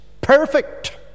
perfect